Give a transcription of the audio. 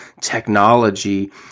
technology